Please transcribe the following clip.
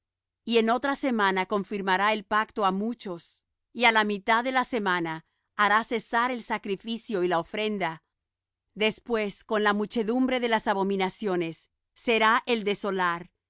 y en otra semana confirmará el pacto á muchos y á la mitad de la semana hará cesar el sacrificio y la ofrenda después con la muchedumbre de las abominaciones será el desolar